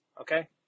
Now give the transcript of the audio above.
Okay